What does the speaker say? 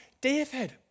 David